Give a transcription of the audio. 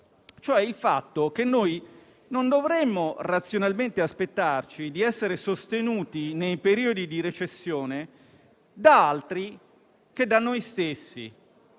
cioè il fatto che non dovremmo razionalmente aspettarci di essere sostenuti nei periodi di recessione da altri che da noi stessi